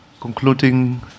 concluding